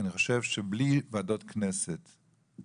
אני חושב שבלי וועדות כנסת,